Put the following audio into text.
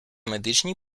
медичній